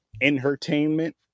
Entertainment